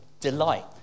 delight